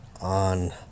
on